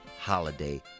holiday